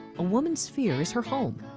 a women's sphere is her home.